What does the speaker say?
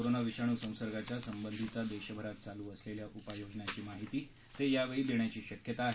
corona विषाणू संसर्गाच्या संबंधीचा देशभरात चालू असलेल्या उपाययोजनांची माहिती ते यावेळी देण्याची शक्यता आहे